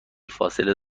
فاصله